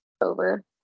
over